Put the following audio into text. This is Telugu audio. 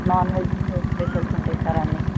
నాన్ వెజ్ స్పెషల్స్ ఉంటాయి సార్ అన్ని